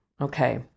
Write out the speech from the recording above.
okay